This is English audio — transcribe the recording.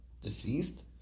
deceased